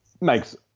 makes